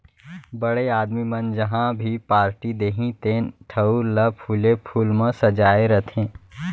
बड़े आदमी मन जहॉं भी पारटी देहीं तेन ठउर ल फूले फूल म सजाय रथें